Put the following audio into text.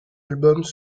albums